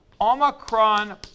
Omicron